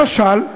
למשל,